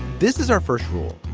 this is our first rule.